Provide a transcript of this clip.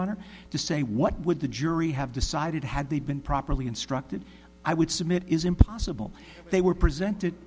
honor to say what would the jury have decided had they been properly instructed i would submit it is impossible they were presented